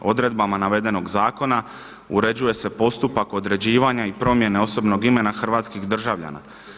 Odredbama navedenog zakona uređuje se postupak određivanja i promjene osobnog imena hrvatskih državljana.